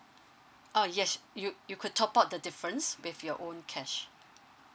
oh yes you you could top up the difference with your own cash